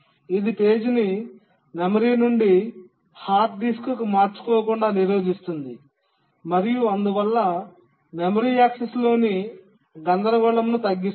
ఇది పేజీని మెమరీ నుండి హార్డ్ డిస్క్ కు మార్చుకోకుండా నిరోధిస్తుంది మరియు అందువల్ల మెమరీ యాక్సెస్లోని గందరగోళంను తగ్గిస్తుంది